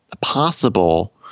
possible